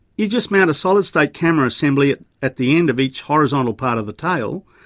you just mount a solid state camera assembly at the end of each horizontal part of the tail,